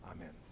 Amen